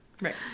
Right